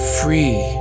free